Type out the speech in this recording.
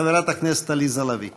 חברת הכנסת עליזה לביא.